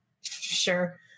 sure